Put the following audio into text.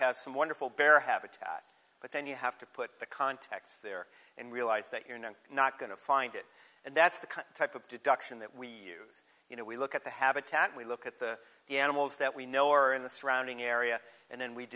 has some wonderful bear habitat but then you have to put the context there and realize that you're not not going to find it and that's the kind type of deduction that we use you know we look at the habitat and we look at the the animals that we know are in the surrounding area and then we